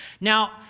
Now